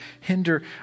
hinder